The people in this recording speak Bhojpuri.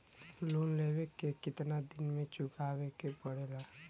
लोन लेवे के कितना दिन मे चुकावे के पड़ेला?